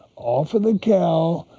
off of the cow,